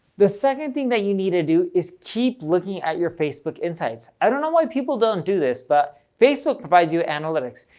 the second thing that you need to do is keep looking at your facebook insights. i don't know why people don't do this but facebook provides you analytics.